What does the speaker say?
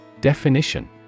Definition